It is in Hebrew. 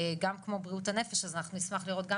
גם כמו בריאות הנפש אז אנחנו נשמח לראות גם